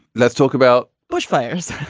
let's talk about bushfires.